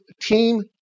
team